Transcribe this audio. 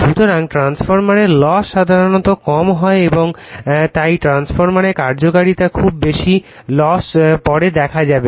সুতরাং ট্রান্সফরমারের লস সাধারণত কম হয় এবং তাই ট্রান্সফরমারের কার্যকারিতা খুব বেশি লস পরে দেখা যাবে